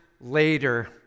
later